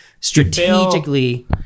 strategically